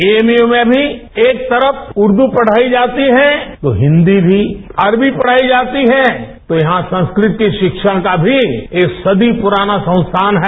AMU में भी एक तरफ उर्दू पढ़ाई जाती है तो हिन्दी भी अरबी पढ़ाई जाती है तो यहां संस्कृत की शिक्षा का भी एक सदी पूराना संस्थान है